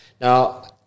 Now